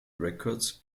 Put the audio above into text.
records